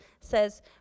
says